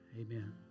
Amen